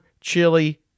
chili